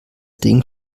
ding